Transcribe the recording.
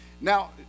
Now